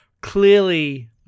clearly